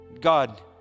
God